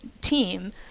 team